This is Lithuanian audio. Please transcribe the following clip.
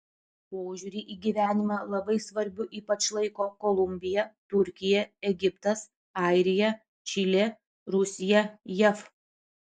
požiūrį į gyvenimą labai svarbiu ypač laiko kolumbija turkija egiptas airija čilė rusija jav